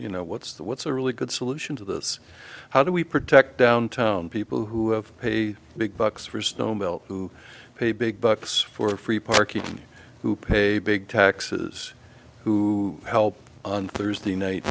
you know what's the what's a really good solution to this how do we protect downtown people who have paid big bucks for snow melt who pay big bucks for free parking who pay big taxes who help on thursday night